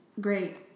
Great